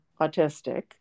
autistic